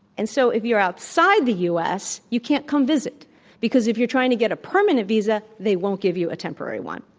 and so if you're outside the u. s, you can't come visit because if you're trying to get a permanent visa, they won't give you a temporary one.